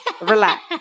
relax